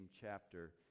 chapter